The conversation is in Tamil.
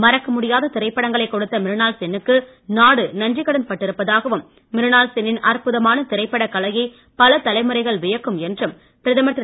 மறக்க முடியாத திரைப்படங்களை கொடுத்த மிருனாள் சென்னுக்கு நாடு நன்றி கடன் பட்டிருப்பதாகவும் மிருனாள் சென்னின் அற்புதமான திரைப்படக் கலையை பல தலைமுறைகள் வியக்கும் என்றும் பிரதமர் திரு